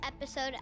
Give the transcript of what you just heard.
episode